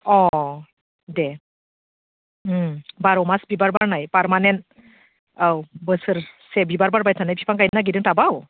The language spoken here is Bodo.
अ देह बार' मास बिबार बारनाय पार्मानेन्ट औ बोसोरसे बिबार बारबाय थानाय बिफां गायनो नागिरदों टाबआव